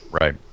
Right